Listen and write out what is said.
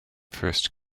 first